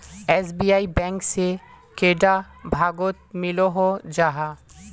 SBI bank से कैडा भागोत मिलोहो जाहा?